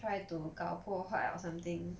try to 搞破坏 or something